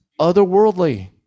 otherworldly